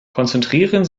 konzentrieren